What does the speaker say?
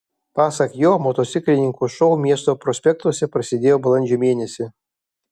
pasak jo motociklininkų šou miesto prospektuose prasidėjo balandžio mėnesį